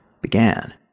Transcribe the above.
began